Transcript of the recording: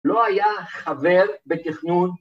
‫לא היה חבר בתכנון.